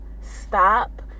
stop